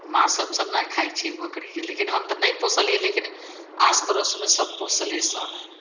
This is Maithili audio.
माँस हमसभ नहि खाइ छिए बकरीके लेकिन हम तऽ नहि पोसलिए लेकिन आस पड़ोसमे सभ पोसले सभ हइ